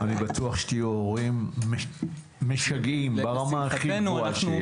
אני בטוח שתהיו הורים משגעים ברמה הכי גבוהה שיש.